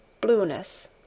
blueness